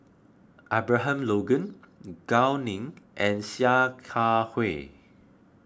Abraham Logan Gao Ning and Sia Kah Hui